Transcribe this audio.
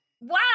Wow